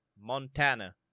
Montana